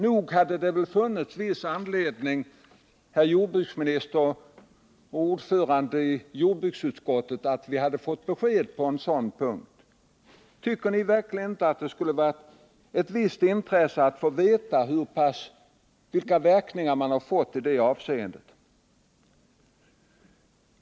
Nog hade det väl funnits viss anledning, jordbruksministern och ordföranden i jordbruksutskottet, att ge oss besked på den punkten? Tycker ni verkligen inte att det skulle vara av visst intresse att få veta vilka verkningar man fått i det avseendet?